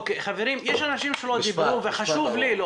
חברים, יש אנשים שלא דיברו וחשוב לי --- משפט.